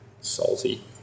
Salty